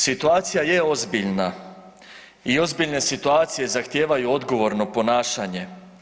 Situacija je ozbiljna i ozbiljne situacije zahtijevaju odgovorno ponašanje.